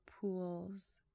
pools